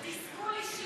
זה תסכול אישי.